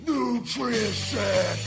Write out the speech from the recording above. Nutrition